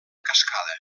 cascada